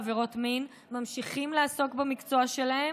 בעבירות מין וממשיכים לעסוק במקצוע שלהם.